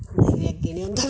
अग्गे नेई होंदा के